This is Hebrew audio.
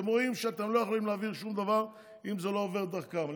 אתם רואים שאתם לא יכולים להעביר שום דבר אם זה לא עובר דרכם.